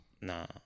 Nah